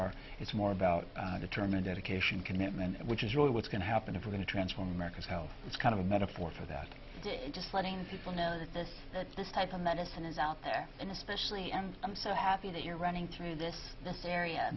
are it's more about determine dedication commitment which is really what's going to happen if we're going to transform america's health it's kind of a metaphor for that just letting people know that this type of medicine is out there and especially and i'm so happy that you're running through this